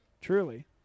truly